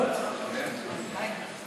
14 בעד, אין מתנגדים, אין נמנעים.